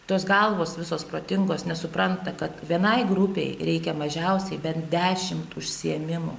tos galvos visos protingos nesupranta kad vienai grupei reikia mažiausiai bent dešimt užsiėmimų